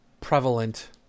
prevalent